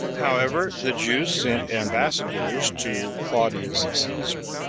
however, the jews sent ambassadors to claudius caesar,